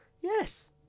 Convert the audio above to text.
Yes